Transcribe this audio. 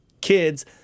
kids